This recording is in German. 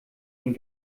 den